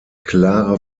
klare